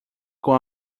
com